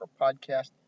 podcast